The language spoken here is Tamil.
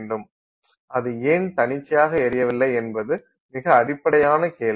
அது ஏன் தன்னிச்சையாக எரியவில்லை என்பது மிக அடிப்படையான கேள்வி